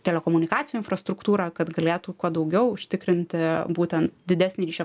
telekomunikacijų infrastruktūrą kad galėtų kuo daugiau užtikrinti būtent didesnį ryšio